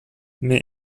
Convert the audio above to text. mais